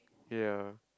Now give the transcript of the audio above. ya